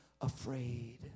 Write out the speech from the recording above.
afraid